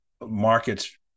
markets